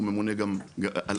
הוא ממונה גם עליי,